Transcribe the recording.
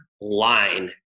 line